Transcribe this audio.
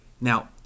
now